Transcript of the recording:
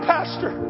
Pastor